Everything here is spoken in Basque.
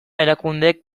erakundeek